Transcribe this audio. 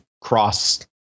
cross